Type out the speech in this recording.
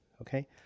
Okay